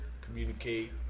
communicate